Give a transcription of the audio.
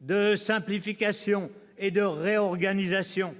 de simplification et de réorganisation.